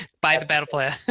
by the battle plan.